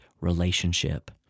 relationship